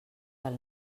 del